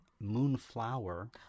Moonflower